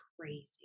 crazy